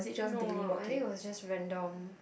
no I think it was just random